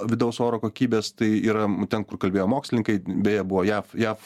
vidaus oro kokybės tai yra ten kur kalbėjo mokslininkai beje buvo jav jav